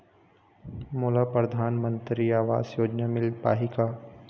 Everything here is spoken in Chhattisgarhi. मोला परधानमंतरी आवास योजना मिल पाही का?